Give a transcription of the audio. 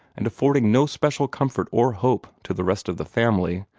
and affording no special comfort or hope to the rest of the family.